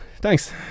Thanks